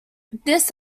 this